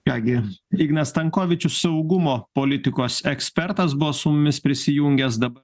ką gi ignas stankovičius saugumo politikos ekspertas buvo su mumis prisijungęs daba